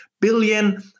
billion